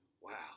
Wow